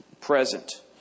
present